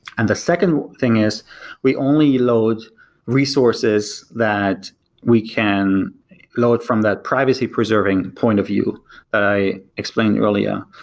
and the second thing is we only loads resources that we can load from that privacy preserving point of view that i explained earlier.